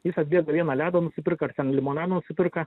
jis atbėga vieną ledą nusiperka ar ten limonado nusiperka